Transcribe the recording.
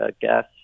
gas